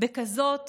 בכזאת